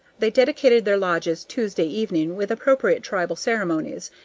they dedicated their lodges tuesday evening with appropriate tribal ceremonies.